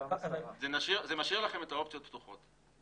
זה משאיר לכם את האופציות פתוחות.